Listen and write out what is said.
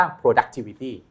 productivity